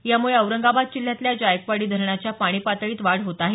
यामुळं औरंगाबाद जिल्ह्यातल्या जायकवाडी धरणाच्या पाणी पातळीत वाढ होत आहे